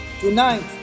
Tonight